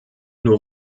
nur